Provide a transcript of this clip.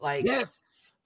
Yes